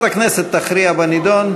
בעד, אין מתנגדים,